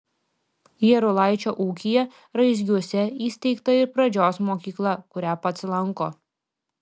jarulaičio ūkyje raizgiuose įsteigta ir pradžios mokykla kurią pats lanko